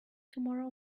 tomorrow